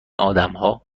آدمها